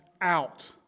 out